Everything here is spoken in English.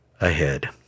ahead